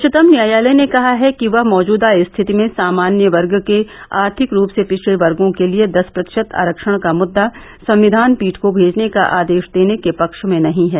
उच्चतम न्यायालय ने कहा है कि वह मौजूदा स्थिति में सामान्य वर्ग के आर्थिक रूप से पिछड़े वर्गों के लिए दस प्रतिशत आरक्षण का मुद्दा संविधान पीठ को भेजने का आदेश देने के पक्ष में नहीं है